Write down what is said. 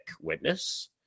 witness